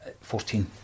Fourteen